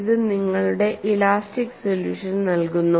ഇത് നിങ്ങളുടെ elastic solution നൽകുന്നു